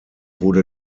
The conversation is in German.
wurde